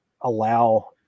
allow